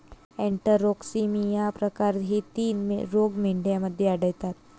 enterotoxaemia प्रकार हे तीन रोग मेंढ्यांमध्ये आढळतात